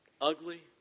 ugly